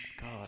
God